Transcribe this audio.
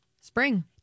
Spring